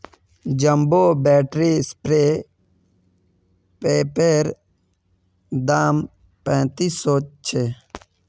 jumbo battery spray पंपैर दाम पैंतीस सौ छे